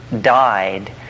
died